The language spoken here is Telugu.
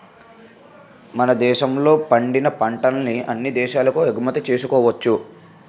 మన దేశంలో పండిన పంటల్ని అన్ని దేశాలకు ఎగుమతి చేసుకోవచ్చును